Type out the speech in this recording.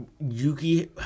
Yuki